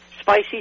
spicy